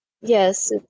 Yes